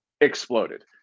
exploded